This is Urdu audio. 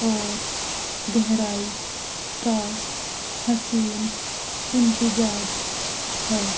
اور گہرائی کا حسین امتزاج ہے